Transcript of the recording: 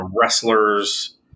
wrestlers